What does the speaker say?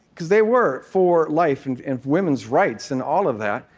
because they were for life and and women's rights and all of that.